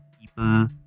people